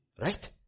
Right